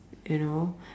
you know